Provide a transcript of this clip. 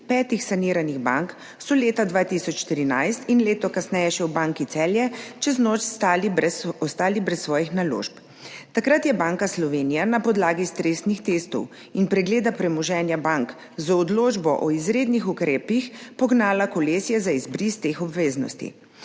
petih saniranih bank so leta 2013 in leto še kasneje v Banki Celje čez noč ostali brez svojih naložb. Takrat je Banka Slovenije na podlagi stresnih testov in pregleda premoženja bank z odločbo o izrednih ukrepih pognala kolesje za izbris teh obveznosti.